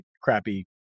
crappy